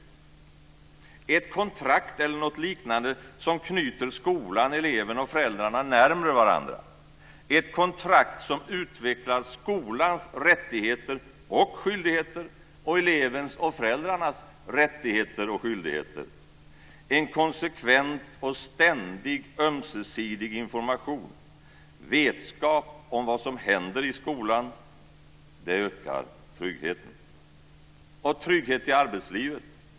Tryggheten ökar med ett kontrakt eller något liknande som knyter skolan, eleven och föräldrarna närmre varandra, ett kontrakt som utvecklar skolans rättigheter och skyldigheter och elevens och föräldrarnas rättigheter och skyldigheter. Det handlar om en konsekvent och ständig ömsesidig information och om vetskap om vad som händer i skolan. Sedan gäller det trygghet i arbetslivet.